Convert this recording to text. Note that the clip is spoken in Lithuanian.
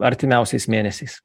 artimiausiais mėnesiais